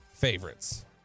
favorites